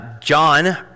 John